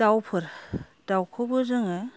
दावफोर दावखौबो जोङो